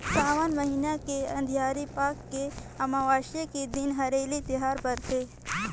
सावन महिना के अंधियारी पाख के अमावस्या के दिन हरेली तिहार परथे